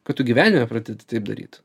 kad tu gyvenime pradėti taip daryt